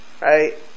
right